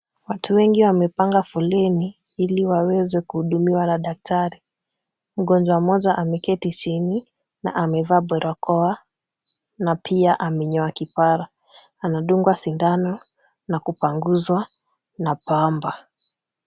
Watu wengi wamepanga foleni ili waweze kuhudumiwa na daktari. Mgonjwa mmoja ameketi chini na amevaa barakoa na pia amenyoa kipara. Anadungwa sindano na kupanguzwa na pamba.